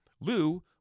Lou